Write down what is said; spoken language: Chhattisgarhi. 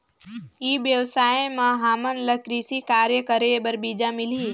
ई व्यवसाय म हामन ला कृषि कार्य करे बर बीजा मिलही?